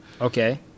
Okay